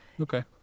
Okay